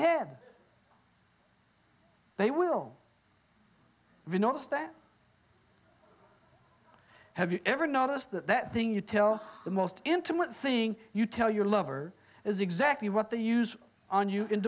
head they will not step have you ever noticed that that thing you tell the most intimate thing you tell your lover is exactly what they use on